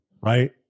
right